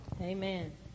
Amen